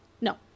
No